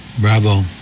Bravo